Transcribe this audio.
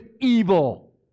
evil